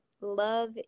love